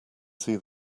see